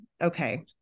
okay